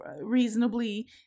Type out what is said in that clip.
reasonably